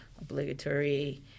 obligatory